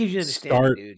start